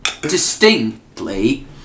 Distinctly